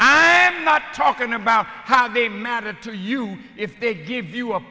them not talking about how they matter to you if they give you a